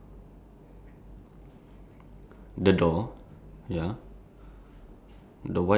go to the next one the color is black and white black white and brown